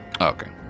Okay